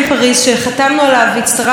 אותו הסכם שטראמפ יצא מתוכו,